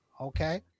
Okay